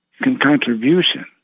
contribution